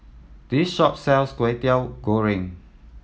this shop sells Kwetiau Goreng